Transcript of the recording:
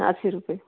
अस्सी रुपये